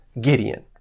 Gideon